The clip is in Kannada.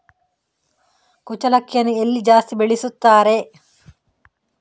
ಕುಚ್ಚಲಕ್ಕಿಯನ್ನು ಎಲ್ಲಿ ಜಾಸ್ತಿ ಬೆಳೆಸುತ್ತಾರೆ?